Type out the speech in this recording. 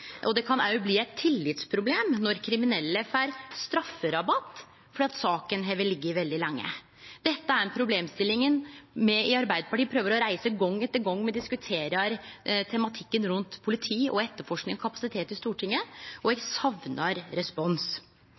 Det kan òg bli eit tillitsproblem når kriminelle får stafferabatt fordi saka har lege veldig lenge. Det er denne problemstillinga me i Arbeidarpartiet prøver å reise gong etter gong me i Stortinget diskuterer tematikken rundt politi, etterforsking og kapasitet, og eg saknar respons.